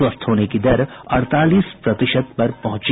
स्वस्थ होने की दर अड़तालीस प्रतिशत पर पहुंची